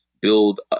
build